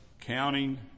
Counting